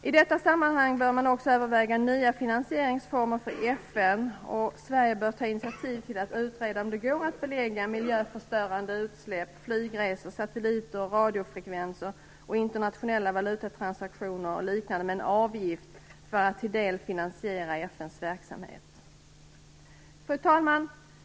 I detta sammanhang bör man också överväga nya finansieringsformer för FN. Sverige bör ta initiativ till att utreda om det går att belägga miljöförstörande utsläpp, flygresor, satelliter, radiofrekvenser, internationella valutatransaktioner och liknande med en avgift för att till en del finansiera FN:s verksamhet. Fru talman!